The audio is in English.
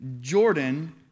Jordan